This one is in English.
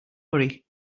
hurry